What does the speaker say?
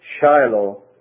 Shiloh